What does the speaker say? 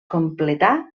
completà